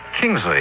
Kingsley